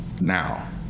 now